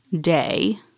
day